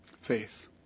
Faith